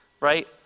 right